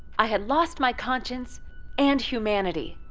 i had lost my conscience and humanity.